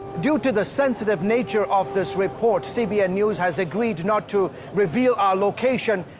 due to the sensitive nature of this report, cbn news has agreed not to reveal our location,